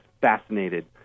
fascinated